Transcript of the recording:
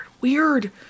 weird